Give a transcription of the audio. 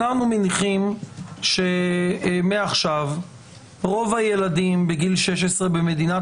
אנחנו מניחים שמעכשיו רוב הילדים בגיל 16 במדינת